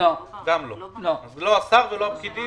--- זה לא שעד עכשיו גבו